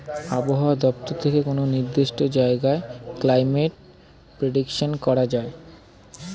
আবহাওয়া দপ্তর থেকে কোনো নির্দিষ্ট জায়গার ক্লাইমেট প্রেডিকশন করা যায়